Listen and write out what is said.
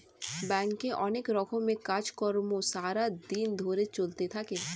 ব্যাংকে অনেক রকমের কাজ কর্ম সারা দিন ধরে চলতে থাকে